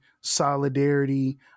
solidarity